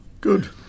Good